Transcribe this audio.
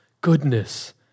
Goodness